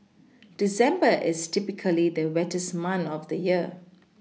December is typically the wettest month of the year